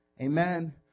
Amen